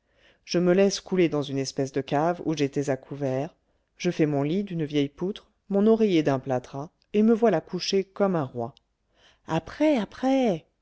je me laisse couler dans une espèce de cave où j'étais à couvert je fais mon lit d'une vieille poutre mon oreiller d'un plâtras et me voilà couché comme un roi après après